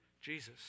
Jesus